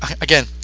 again